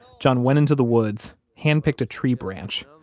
john went into the woods, hand-picked a tree branch,